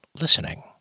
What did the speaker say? listening